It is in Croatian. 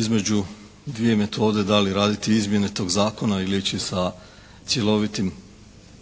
između dvije metode da li raditi izmjene tog zakona ili ići sa cjelovitim